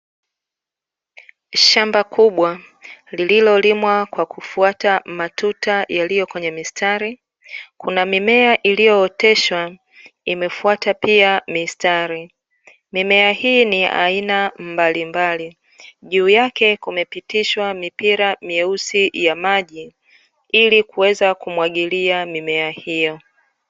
Shamba kubwa lililolimwa kwa kufuata matuta yaliyo kwenye mistari, kuna mimea iliyooteshwa imefuata pia mistari. Mimea hii ni ya aina mbalimbali, juu yake kumepitishwa mipira meusi ya maji ili kuweza kumwagilia mimea hiyo.